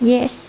Yes